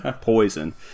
poison